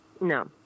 No